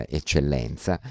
eccellenza